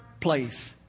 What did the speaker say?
place